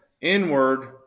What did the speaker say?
inward